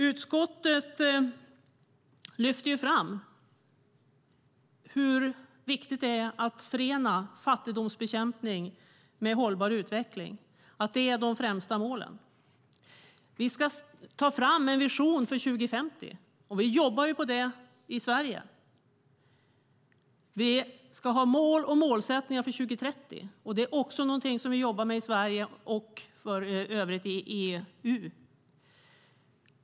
Utskottet lyfter fram hur viktigt det är att förena fattigdomsbekämpning med hållbar utveckling. Det är de främsta målen. Vi ska ta fram en vision för 2050, och vi jobbar på det i Sverige. Vi ska ha mål och målsättningar för 2030. Också detta är någonting som vi jobbar med i Sverige och för övrigt i EU.